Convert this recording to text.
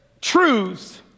truths